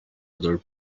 other